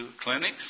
clinics